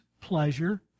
pleasure